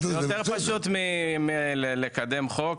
--- זה חד-משמעית יותר פשוט מלקדם חוק,